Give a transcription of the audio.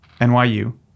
NYU